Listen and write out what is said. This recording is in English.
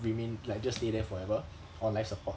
remain like just stay there forever on life support